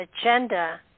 agenda